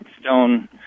stone